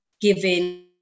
giving